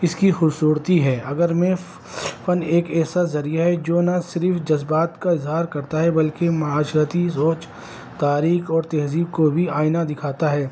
اس کی خوبصورتی ہے اگر میں فن ایک ایسا ذریعہ ہے جو نہ صرف جذبات کا اظہار کرتا ہے بلکہ معاشرتی سوچ تاریخ اور تہذیب کو بھی آئینہ دکھاتا ہے